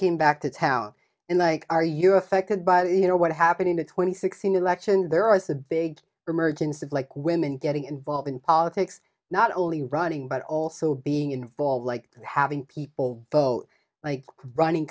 came back to town in like are you affected by you know what happened in the twenty six election there is the big emergence of like women getting involved in politics not only running but also being involved like having people vote like running